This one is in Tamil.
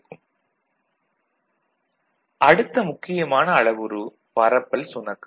Fanout Lower |IOHIIH| |IOLIIL| 10 அடுத்த முக்கியமான அளவுரு பரப்பல் சுணக்கம்